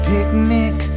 Picnic